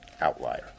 outlier